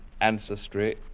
ancestry